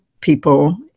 people